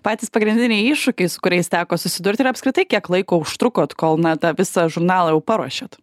patys pagrindiniai iššūkiai su kuriais teko susidurti ir apskritai kiek laiko užtrukot kol na tą visą žurnalą jau paruošėt